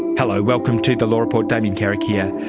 hello, welcome to the law report, damien carrick here.